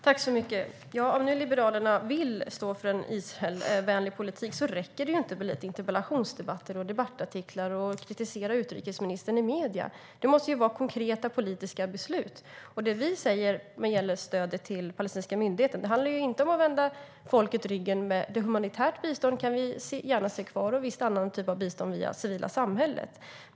Herr talman! Om Liberalerna nu vill stå för en Israelvänlig politik räcker det inte med lite interpellationsdebatter, debattartiklar och att kritisera utrikesministern i medierna. Det måste vara konkreta politiska beslut. Det som vi säger när det gäller stödet till den palestinska myndigheten handlar inte om att vända folket ryggen. Vi ser gärna att det humanitära biståndet blir kvar och även en viss annan typ av bistånd via det civila samhället.